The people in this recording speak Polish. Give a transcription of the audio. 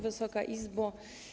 Wysoka Izbo!